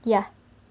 ya